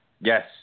Yes